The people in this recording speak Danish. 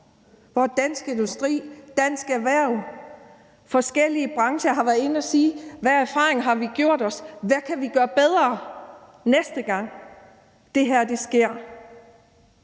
ord. Dansk Industri, Dansk Erhverv og forskellige brancher har været ude at sige: Hvad for erfaringer har vi gjort os? Hvad kan vi gøre bedre, næste gang det her sker?